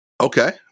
Okay